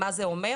מה זה אומר?